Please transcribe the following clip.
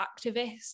activists